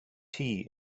tea